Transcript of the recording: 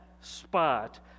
spot